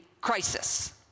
crisis